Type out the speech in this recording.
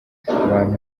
abantu